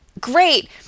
great